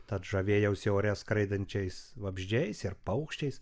tad žavėjausi ore skraidančiais vabzdžiais ir paukščiais